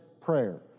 prayer